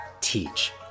teach